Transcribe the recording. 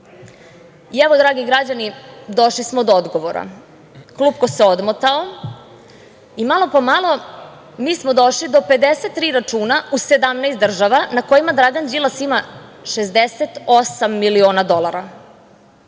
ulaže? Evo, dragi građani, došli smo do odgovora. Klupko se odmotalo i malo po malo, mi smo došli do 53 računa u 17 država na kojima Dragan Đilas ima 68 miliona dolara.